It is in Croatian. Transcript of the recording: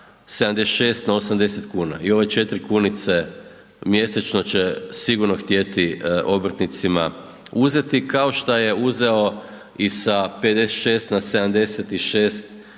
76 na 80 kuna. I ove 4 kunice mjesečno će sigurno htjeti obrtnicima uzeti kao šta je uzeo i sa 56 na 76 prije